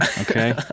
okay